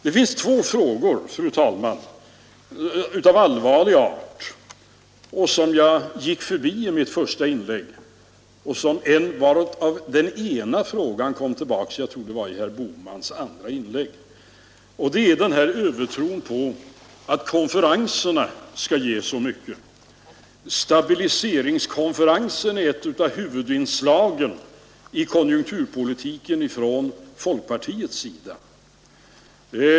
Det är två frågor av allvarlig art, som jag gick förbi i mitt första inlägg, och den ena av dem kom tillbaka i herr Bohmans andra inlägg, om jag minns rätt. Det var övertron på att konferenserna skulle ge så mycket. Stabiliseringskonferensen är ett av huvudinslagen i konjunk turpolitiken från folkpartiets sida.